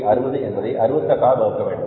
60 என்பதை 68 ஆல் வகுக்க வேண்டும்